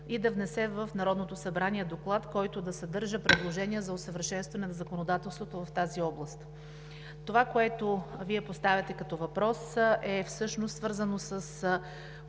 и да внесе в Народното събрание доклад, който да съдържа предложения за усъвършенстване на законодателството в тази област. Онова, което Вие поставяте като въпрос, всъщност е свързано с